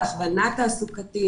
הכוונה תעסוקתית,